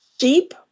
sheep